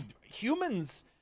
humans